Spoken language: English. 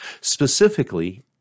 Specifically